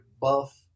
Buff